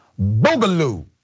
Boogaloo